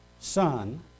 son